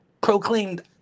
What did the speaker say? proclaimed